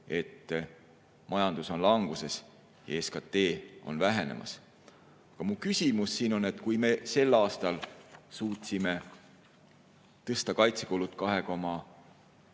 sest majandus on languses ja SKT on vähenemas. Aga mu küsimus on, et kui me sel aastal suutsime tõsta kaitsekulud